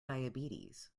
diabetes